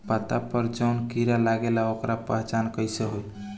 पत्ता पर जौन कीड़ा लागेला ओकर पहचान कैसे होई?